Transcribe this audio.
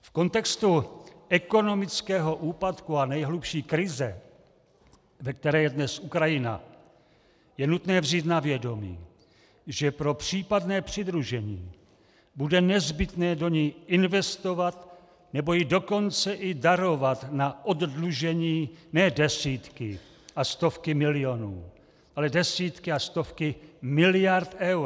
V kontextu ekonomického úpadku a nejhlubší krize, ve které je dnes Ukrajina, je nutné vzít na vědomí, že pro případné přidružení bude nezbytné do ní investovat, nebo jí dokonce i darovat na oddlužení ne desítky a stovky milionů, ale desítky a stovky miliard eur.